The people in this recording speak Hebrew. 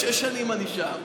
שש שנים אני שם,